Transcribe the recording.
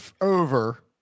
over